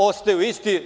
Ostaju isti.